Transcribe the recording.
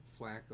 Flacco